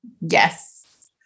Yes